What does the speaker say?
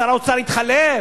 שר האוצר יתחלף?